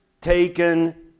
taken